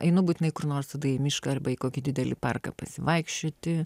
einu būtinai kur nors tada į mišką arba į kokį didelį parką pasivaikščioti